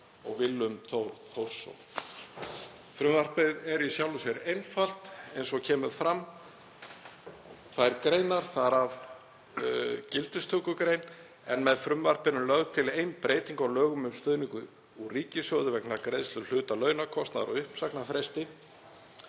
og Willum Þór Þórsson. Frumvarpið er í sjálfu sér einfalt eins og fram kemur, það er tvær greinar og þar af er gildistökugrein. Með frumvarpinu er lögð til ein breyting á lögum um stuðning úr ríkissjóði vegna greiðslu hluta launakostnaðar á uppsagnarfresti.